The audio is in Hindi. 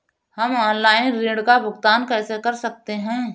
हम ऑनलाइन ऋण का भुगतान कैसे कर सकते हैं?